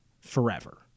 forever